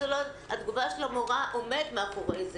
מאחורי התגובה של המורה עומד משהו,